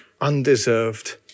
undeserved